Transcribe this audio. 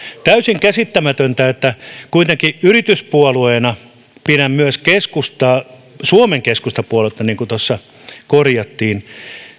täysin käsittämätöntä kun kuitenkin yrityspuolueena pidän myös keskustaa suomen keskusta puoluetta niin kuin tuossa korjattiin